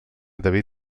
david